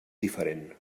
diferent